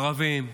ערבים,